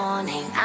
Morning